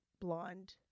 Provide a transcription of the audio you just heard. blonde